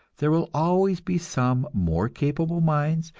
there will always be some more capable minds,